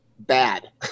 bad